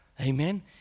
Amen